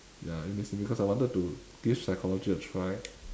ya it's basically because I wanted to give psychology a try